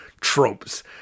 tropes